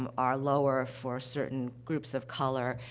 um are lower for certain groups of color, ah,